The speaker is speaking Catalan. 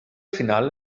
final